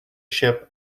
ship